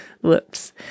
Whoops